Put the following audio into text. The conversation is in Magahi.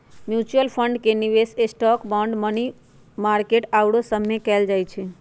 म्यूच्यूअल फंड के निवेश स्टॉक, बांड, मनी मार्केट आउरो सभमें कएल जाइ छइ